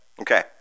Okay